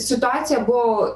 situacija buvo